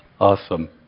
Awesome